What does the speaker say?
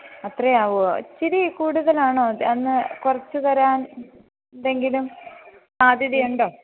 അത്രയാവുമോ ഇച്ചിരി കൂടുതലാണോ അതൊന്ന് കുറച്ച് തരാൻ എന്തെങ്കിലും സാധ്യതയുണ്ടോ